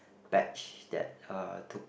batch that uh took